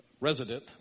resident